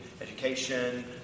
education